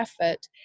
effort